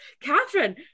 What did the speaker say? catherine